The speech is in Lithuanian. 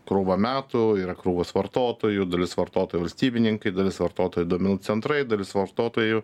krūvą metų yra krūvos vartotojų dalis vartotojų valstybininkai dalis vartotojų duomenų centrai dalis vartotojų